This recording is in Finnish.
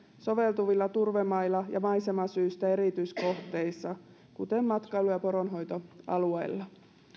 soveltuvilla turvemailla ja maisemasyistä erityiskohteissa kuten matkailu ja poronhoitoalueilla